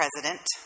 president